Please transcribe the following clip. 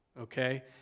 okay